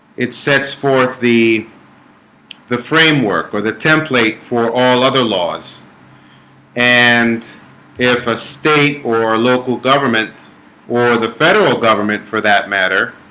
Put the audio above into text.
it sets forth the the framework or the template for all other laws and if a state or local government or the federal government for that matter